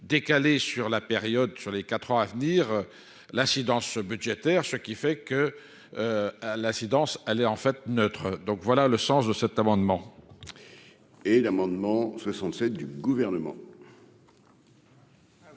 décalé sur la période, sur les 4 ans à venir, l'incidence budgétaire, ce qui fait que l'incidence en fait neutre, donc voilà le sens de cet amendement. Et l'amendement 67 du gouvernement.